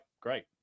great